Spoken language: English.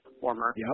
former